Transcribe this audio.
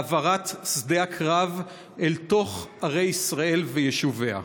העברת שדה הקרב אל תוך ערי ישראל ויישוביה.